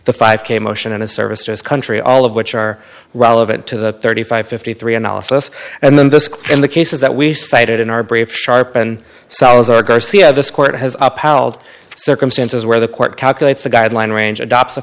the five k motion in a service just country all of which are relevant to the thirty five fifty three analysis and then this in the cases that we cited in our brave sharpen salazar garcia this court has upheld circumstances where the court calculates the guideline range adopts the